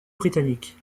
britannique